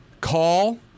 call